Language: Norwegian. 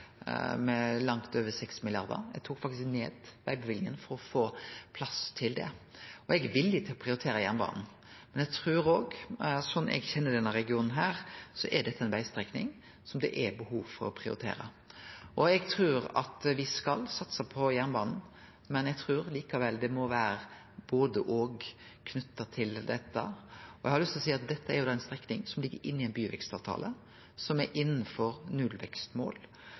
med langt over 6 mrd. kr. Eg tok faktisk ned vegløyvingane for å få plass til det. Eg er villig til å prioritere jernbanen, men eg trur òg, sånn eg kjenner denne regionen, at dette er ei vegstrekning det er behov for å prioritere. Me skal satse på jernbanen, men eg trur likevel det må vere både–og knytt til dette. Eg har lyst til å seie at dette er ei strekning som ligg inne i ein byvekstavtale, som er innanfor